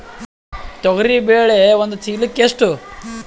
ತೊಗರಿ ಬೇಳೆ ಒಂದು ಚೀಲಕ ಎಷ್ಟು?